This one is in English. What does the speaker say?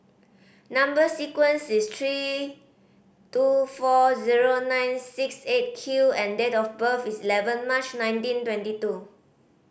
number sequence is three two four zero nine six Eight Q and date of birth is eleven March nineteen twenty two